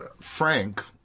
Frank